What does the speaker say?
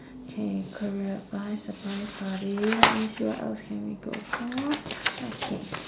K career advice surprise party let me see what else can we go for okay